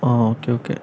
ആ okay okay